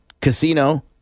casino